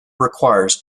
requires